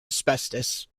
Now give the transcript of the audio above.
asbestos